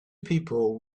people